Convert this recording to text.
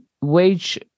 wage